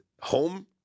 home